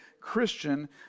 Christian